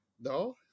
No